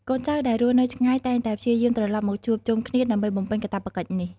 កូនចៅដែលរស់នៅឆ្ងាយតែងតែព្យាយាមត្រឡប់មកជួបជុំគ្នាដើម្បីបំពេញកាតព្វកិច្ចនេះ។